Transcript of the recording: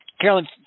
Carolyn